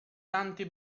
tanti